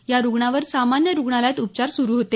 या रुग्धावर सामान्य रुग्णालयात उपचार सुरू होते